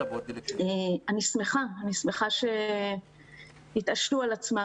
אני שמחה שהם "התעשתו על עצמם",